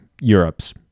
Europe's